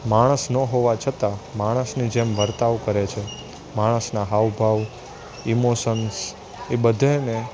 માણસ ન હોવા છતાં માણસની જેમ વર્તાવ કરે છે માણસના હાવ ભાવ ઇમોસન્સ એ બધાંયને